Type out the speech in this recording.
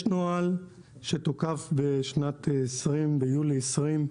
יש נוהל שתוקף ביולי 2020,